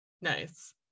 Nice